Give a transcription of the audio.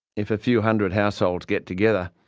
if a few hundred households get together,